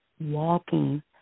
walking